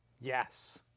Yes